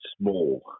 small